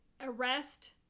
arrest